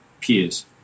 peers